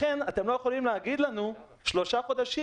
לכן אתם לא יכולים להגיד לנו שלושה חודשים